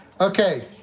Okay